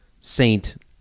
Saint